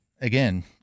again